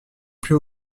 plus